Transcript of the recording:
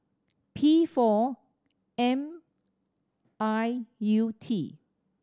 P four M I U T